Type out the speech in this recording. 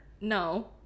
No